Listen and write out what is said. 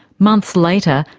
months later,